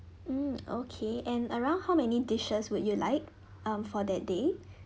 mm okay and around how many dishes would you like um for that day